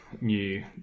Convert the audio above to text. new